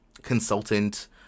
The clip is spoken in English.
consultant